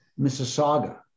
Mississauga